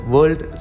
World